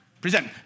present